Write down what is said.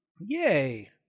Yay